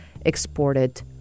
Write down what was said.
exported